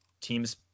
teams